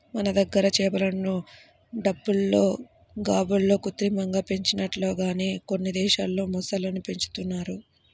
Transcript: మన దగ్గర చేపలను టబ్బుల్లో, గాబుల్లో కృత్రిమంగా పెంచినట్లుగానే కొన్ని దేశాల్లో మొసళ్ళను పెంచుతున్నారు